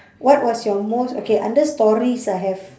what was your most okay under stories I have